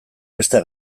bestea